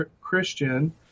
Christian